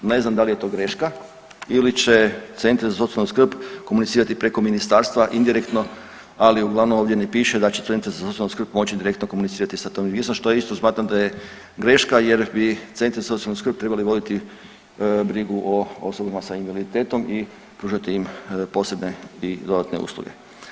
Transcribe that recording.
Ne znam da li je to greška ili će centri za socijalnu skrb komunicirati preko ministarstva indirektno, ali uglavnom ovdje ne piše da će cenata za socijalnu skrb moći direktno komunicirati za … registrom što isto smatram da je greška jer bi centri za socijalnu skrb trebali voditi brigu o osobama s invaliditetom i pružati im posebne i dodatne usluge.